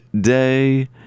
day